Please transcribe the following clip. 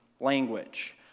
language